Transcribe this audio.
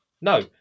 No